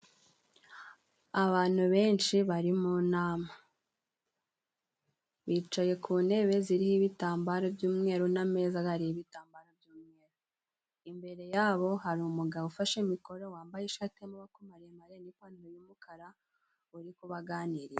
Abantu benshi bari mu nama. Bicaye ku ntebe ziriho ibitambaro by'umweru n'ameza gariho ibitambaro cy'umweru. Imbere yabo hari umugabo ufashe mikoro wambaye ishati y'amaboko maremare n'ipantaro y'umukara uri kubaganiriza.